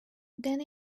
then